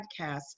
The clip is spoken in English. Podcast